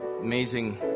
Amazing